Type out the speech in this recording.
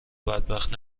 بدبخت